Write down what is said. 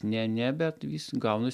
ne ne bet vis gaunas